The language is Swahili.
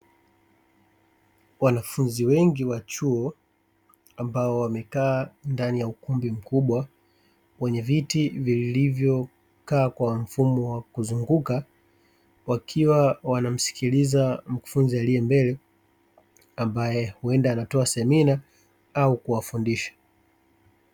Wanafunzi wengi wa chuo; ambao wamekaa ndani ya ukumbi mkubwa wenye viti vilivyokaa kwa mfumo wa kuzunguka, wakiwa wanamsikiliza mkufunzi aliye mbele, ambaye huenda anatoa semina au kuwafundisha.